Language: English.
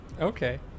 Okay